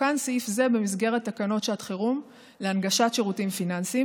תוקן סעיף זה במסגרת תקנות שעת חירום להנגשת שירותים פיננסיים,